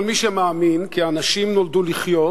כל מי שמאמין כי אנשים נולדו לחיות